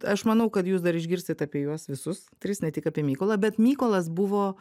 aš manau kad jūs dar išgirsit apie juos visus tris ne tik apie mykolą bet mykolas buvo